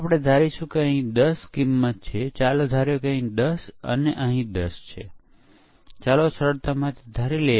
આપણે સકારાત્મક પરીક્ષણનાં કેસો અને નકારાત્મક પરીક્ષણનાં બંને કેસો ડિઝાઇન કરીએ છીએ